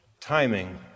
timing